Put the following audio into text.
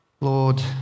Lord